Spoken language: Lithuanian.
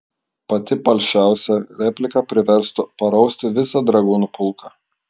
pati palšiausia replika priverstų parausti visą dragūnų pulką